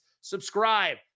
Subscribe